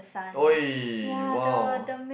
!oi! !wow!